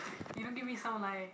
you don't give me some like